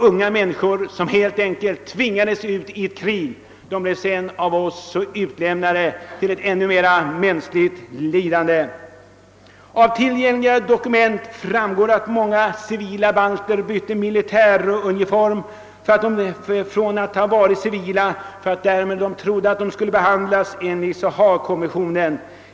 Unga människor, som helt enkelt tvingats ut i kriget, blev sedan av oss utlämnade till ännu mera lidande. Av tillgängliga dokument framgår att många civila balter bytte från civil klädsel till militäruniform för att bli behandlade enligt Haagkonventionen.